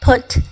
Put